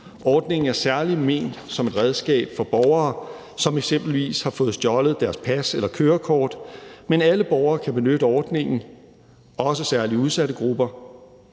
Ordningen er særlig ment som et redskab for borgere, som eksempelvis har fået stjålet deres pas eller kørekort, men alle borgere kan benytte ordningen, også særligt udsatte grupper.